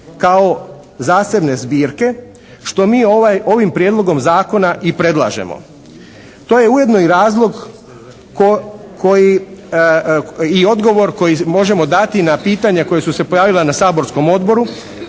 kao zasebne zbirke, što mi ovim prijedlogom zakona i predlažemo. To je ujedno i razlog koji i odgovor koji možemo dati na pitanja koja su se pojavila na saborskom odboru,